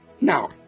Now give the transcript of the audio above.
Now